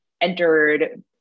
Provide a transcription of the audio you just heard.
entered